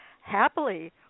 Happily